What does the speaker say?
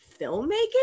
filmmaking